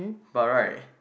but right